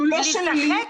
אנחנו לא שוללים